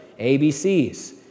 ABCs